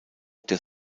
der